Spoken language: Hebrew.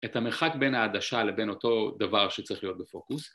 את המרחק בין העדשה לבין אותו דבר שצריך להיות בפוקוס